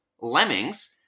Lemmings